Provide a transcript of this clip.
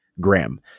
Graham